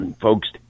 folks